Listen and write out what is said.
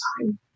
time